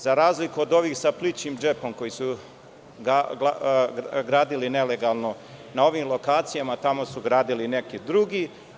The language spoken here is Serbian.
Za razliku od ovih sa plićim džepom koji su gradili nelegalno na ovim lokacijama, tamo su gradili neki drugi.